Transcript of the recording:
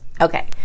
okay